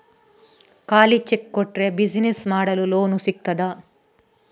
ಖಾಲಿ ಚೆಕ್ ಕೊಟ್ರೆ ಬಿಸಿನೆಸ್ ಮಾಡಲು ಲೋನ್ ಸಿಗ್ತದಾ?